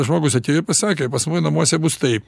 žmogus atėjo ir pasakė pas mane namuose bus taip